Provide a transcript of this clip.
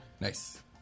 Nice